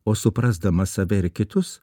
o suprasdama save ir kitus